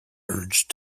urged